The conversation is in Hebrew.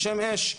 בשם אש.